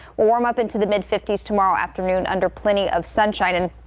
warm up into the mid fifty s tomorrow afternoon and are plenty of sunshine in.